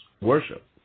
worship